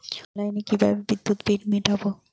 অনলাইনে কিভাবে বিদ্যুৎ বিল মেটাবো?